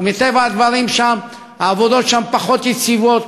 ומטבע הדברים העבודות שם פחות יציבות,